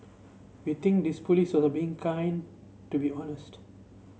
we think this police was being kind to be honest